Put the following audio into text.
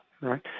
Right